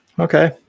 Okay